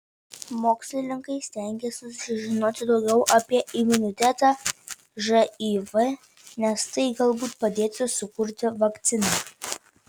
mokslininkai stengiasi sužinoti daugiau apie imunitetą živ nes tai galbūt padėtų sukurti vakciną